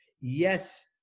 Yes